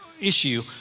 issue